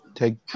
take